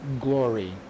glory